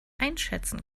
einschätzen